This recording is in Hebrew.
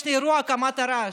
יש לי אירוע הקמת רעש,